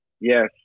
Yes